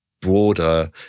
broader